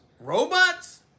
robots